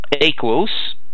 equals